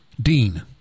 Dean